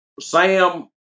Sam